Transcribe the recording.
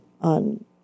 on